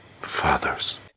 fathers